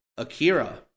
Akira